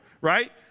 right